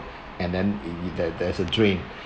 and then there there is a drain